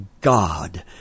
God